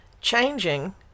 changing